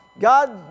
God